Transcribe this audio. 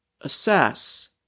assess